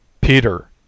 Peter